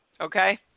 Okay